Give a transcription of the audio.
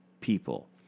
people